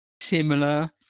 Similar